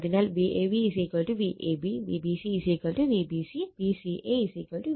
അതിനാൽ Vab VAB Vbc VBC Vca VCA